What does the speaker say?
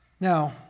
Now